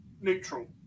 neutral